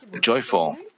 joyful